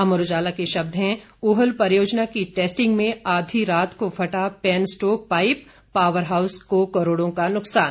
अमर उजाला के शब्द हैं ऊहल परियोजना की टेस्टिंग में आधी रात को फटा पेनस्टोक पाइप पावर हाउस को करोड़ों का नुकसान